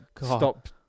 stop